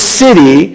city